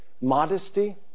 modesty